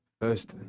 First